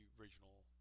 original